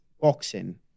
boxing